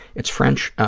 it's french,